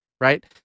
right